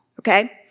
okay